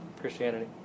Christianity